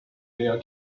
their